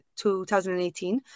2018